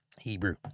Hebrew